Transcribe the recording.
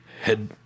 head